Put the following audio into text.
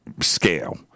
scale